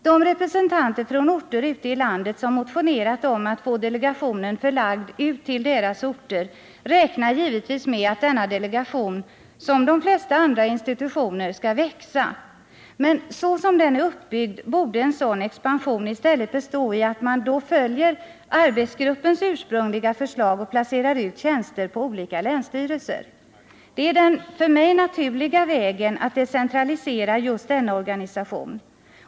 De representanter från orter ute i landet som motionerat om att få delegationen förlagd ut till deras orter räknar givetvis med att denna delegation som de flesta andra institutioner skall växa, men så som den är uppbyggd, borde en sådan expansion i stället bestå i att man då följer arbetsgruppens ursprungliga förslag och placerar ut tjänster på olika länsstyrelser. Det är den för mig naturliga vägen att decentralisera just denna organisation.